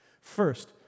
First